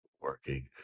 working